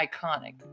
Iconic